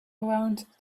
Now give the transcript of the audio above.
around